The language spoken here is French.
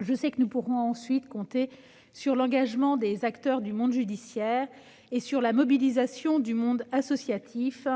Je sais que nous pourrons ensuite compter sur l'engagement des acteurs du monde judiciaire et sur la mobilisation du monde associatif